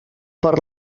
per